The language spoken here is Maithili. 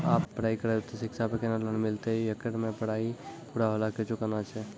आप पराई करेव ते शिक्षा पे केना लोन मिलते येकर मे पराई पुरा होला के चुकाना छै?